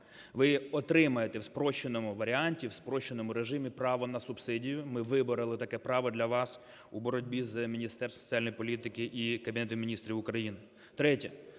ви отримаєте в спрощеному варіанті, в спрощеному режимі право на субсидію. Ми вибороли таке право для вас у боротьбі з Міністерством соціальної політики і Кабінетом Міністрів України.